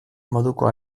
moduko